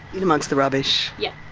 in amongst the rubbish? yep.